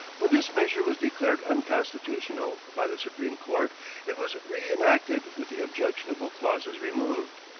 when this measure was declared unconstitutional by the supreme court it was reenacted with the objectionable clauses removed.